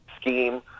scheme